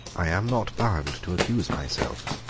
i am not bound to accuse myself.